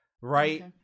Right